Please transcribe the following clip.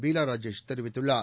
பீலா ராஜேஷ் தெரிவித்துள்ளார்